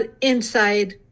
inside